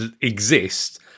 exist